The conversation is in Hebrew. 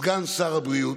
סגן שר הבריאות,